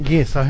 Yes